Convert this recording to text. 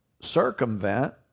circumvent